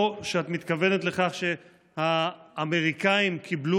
או שאת מתכוונת לכך שהאמריקנים קיבלו